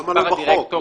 למה לא בחוק?